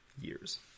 years